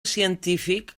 científic